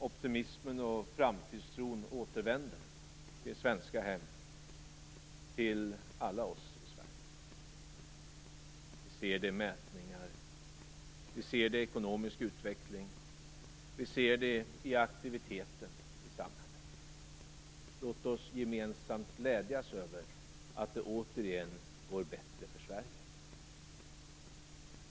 Optimismen och framtidstron återvänder i svenska hem, till alla oss i Sverige. Vi ser det i mätningar, i ekonomisk utveckling, i aktiviteten i samhället. Låt oss gemensamt glädjas över att det återigen går bättre för Sverige.